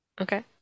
Okay